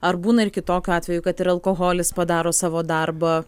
ar būna ir kitokių atvejų kad ir alkoholis padaro savo darbą